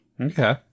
Okay